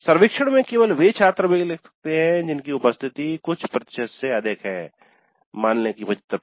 सर्वेक्षण में केवल वे छात्र भाग ले सकते हैं जिनकी उपस्थिति कुछ प्रतिशत से अधिक है मान लें कि 75